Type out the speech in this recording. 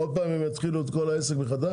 עוד פעם הם יתחילו את כל העסק מחדש?